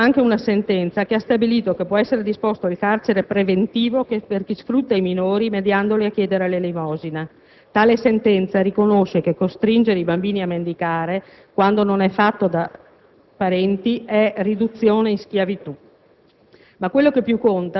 si accosta anche una sentenza che ha stabilito che può essere disposto il carcere preventivo per chi sfrutta i minori mandandoli a chiedere l'elemosina. Tale sentenza, quindi, riconosce che costringere i bambini a mendicare, quando a farlo non sono parenti, è riduzione in schiavitù.